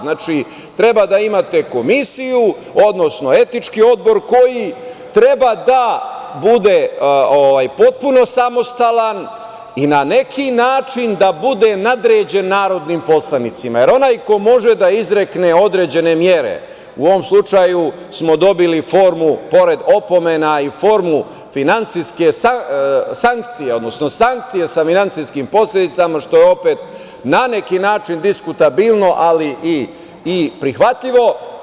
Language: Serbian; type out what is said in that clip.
Znači, treba da imate komisiju, odnosno etički odbor koji treba da bude potpuno samostalan i na neki način da bude nadređen narodnim poslanicima, jer onaj ko može da izrekne određen mere, u ovom slučaju smo dobili formu, pored opomena, finansijskih sankcija, odnosno sankcije sa finansijskim posledicama, što je opet na neki način diskutabilno, ali i prihvatljivo.